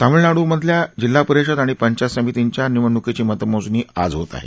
तामिळनाडुमधल्या जिल्हा परिषद आणि पंचायत समितींच्या निवडणुकीची मतमोजणी आज होत आहे